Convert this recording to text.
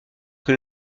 que